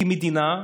כמדינה,